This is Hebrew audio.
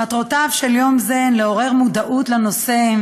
מטרותיו של יום זה הן לעורר מודעות לנושא,